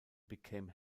became